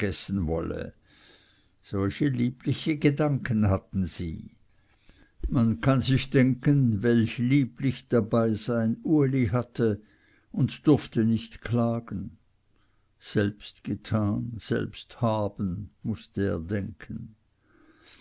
solche liebliche gedanken hatten sie man kann sich denken welch lieblich dabeisein uli hatte und durfte nicht klagen selbst getan selbst haben mußte er denken